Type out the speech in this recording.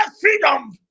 freedom